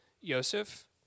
Yosef